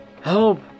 Help